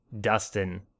Dustin